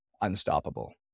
unstoppable